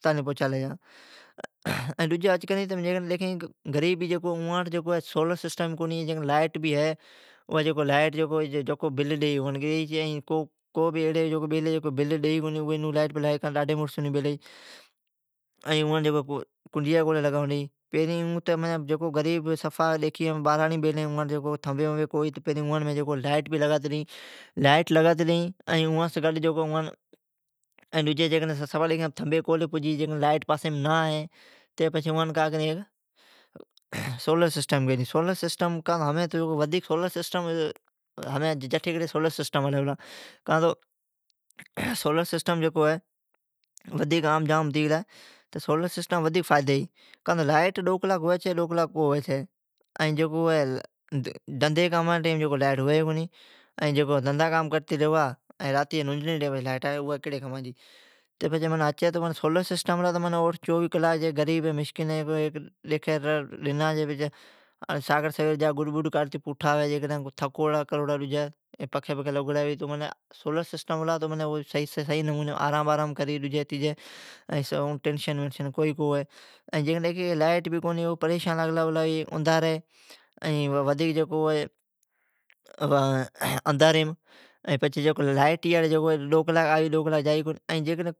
اسپتالیم پھچالی جاڈجی ھچ کری۔ غریب ھی اواٹھ سولر سسٹم ئی کونی ہے۔ لائیٹ بھی ہے۔ جکو لائیٹ بل ڈیئی اون ڈیئی چھی کو ایڑی بیلی ھی اکو لائیٹ ھلاوی پلی ڈاڈھی مرس ھی۔ اون کنڈیا کولی لگائون ڈیئی ڈاڈھی مڑس ھی۔ جکو بھراڑیم غریب بیلی ھی اوان تھمبی لگاتی ڈیئی، ائین لائیٹ بھی لگاتی ڈیئین۔ تھنبی کولی پجی اوا جی پاسی لائیٹ کو ہے، اون سولر سسٹم گیتی ڈیئی۔ ھمین جکو ودھی سولر سسٹم ھلی پلا سولر سسٹم جکو ہے ودھیک عام جام ھتی گلا ہے۔ سولر سسٹم ودھیک فائدیم ہے۔ لائیٹ ڈو کلاک ھوی چھی"دھندھی کامان ٹیمین لائیٹ ھوی کونی"دھندا کرتی ریوا او کیڑی کامان جی۔ سولر سسٹم ہے اوم چوویھ کلاک سولر سسٹم ہے۔ ائین ساکڑی سویر گڈ کاڈھتی پوٹھا آوی تھکوڑا کروڑا ھوی پچھی صحیح نمونی آرام کریی اوم ٹینشن کوئی کونی ہے۔ لائیٹ بھی کونی ہے او پریشان لاگلا پلا ہے ھیک اندھاری ودھیک جکو اندھاریم۔ لائیٹ جکو ڈو کلاک آوی ڈو کلاک جائی۔